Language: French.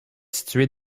situé